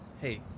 Hey